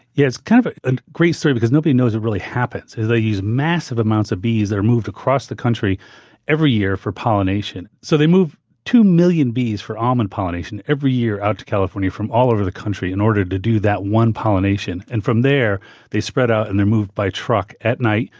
yeah it's kind of a and great story because nobody knows it really happens. they use massive amounts of bees that are moved across the country every year for pollination. so they move two million bees for almond pollination every year out to california from all over the country in order to do that one pollination and from there they spread out and they're moved by truck at night,